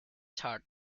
chart